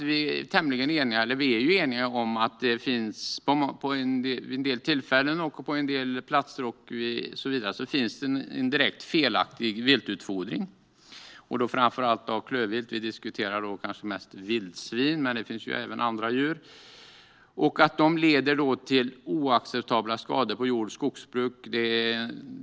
Vi är också eniga om att det, vid vissa tillfällen och på vissa platser, förekommer direkt felaktig viltutfodring. Framför allt gäller det klövvilt. Vi diskuterar kanske mest vildsvin, men det handlar även om andra djur. Detta leder till oacceptabla skador på jord och skogsbruk.